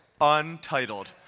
untitled